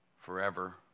forever